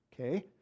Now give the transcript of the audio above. Okay